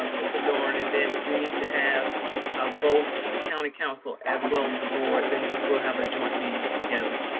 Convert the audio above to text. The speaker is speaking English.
um mr. doran and then if we need to have ah both the county council as well as the board, then we will have a joint meeting together.